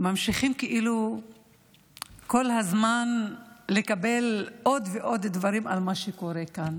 ממשיכים כאילו כל הזמן לקבל עוד ועוד דברים על מה שקורה כאן: